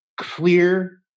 clear